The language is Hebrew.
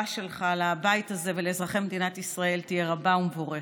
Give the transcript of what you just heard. שלך לבית הזה ולאזרחי מדינת ישראל תהיה רבה ומבורכת.